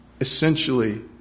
Essentially